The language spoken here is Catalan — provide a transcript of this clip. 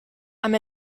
amb